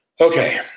Okay